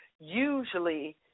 usually